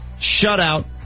shutout